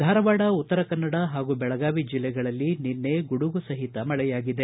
ಧಾರವಾಡ ಉತ್ತರ ಕನ್ನಡ ಹಾಗೂ ಬೆಳಗಾವಿ ಜಿಲ್ಲೆಗಳಲ್ಲಿ ನಿನ್ನೆ ಗುಡಗು ಸಹಿತ ಮಳೆಯಾಗಿದೆ